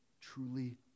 truly